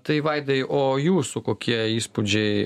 tai vaidai o jūsų kokie įspūdžiai